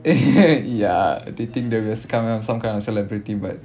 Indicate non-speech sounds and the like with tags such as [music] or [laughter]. [noise] ya they think that we are some ki~ some kind of celebrity but